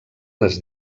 les